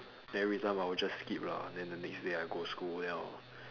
then every time I will just skip lah then the next day I go school then I'll